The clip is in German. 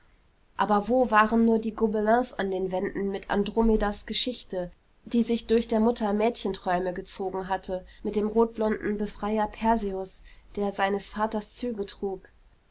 aber wo waren nur die gobelins an den wänden mit andromedas geschichte die sich durch der mutter mädchenträume gezogen hatte mit dem rotblonden befreier perseus der seines vaters züge trug